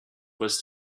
was